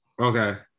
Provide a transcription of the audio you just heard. Okay